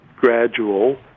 gradual